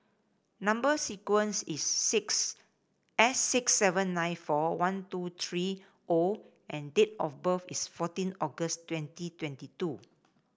number sequence is six S six seven nine four one two three O and date of birth is fourteen August twenty twenty two